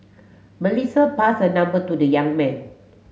Melissa passed her number to the young man